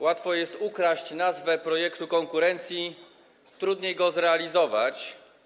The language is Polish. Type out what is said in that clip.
Łatwo jest ukraść nazwę projektu konkurencji, trudniej go zrealizować.